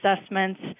assessments